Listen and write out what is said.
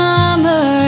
Summer